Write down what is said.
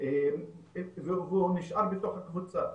והוא נשאר בתוך הקבוצה.